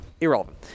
irrelevant